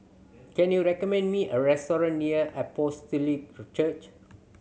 can you recommend me a restaurant near Apostolic Church